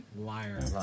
Liar